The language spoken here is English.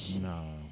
No